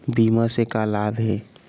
बीमा से का लाभ हे?